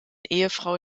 ehefrau